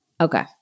Okay